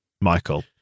Michael